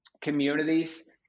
communities